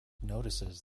notices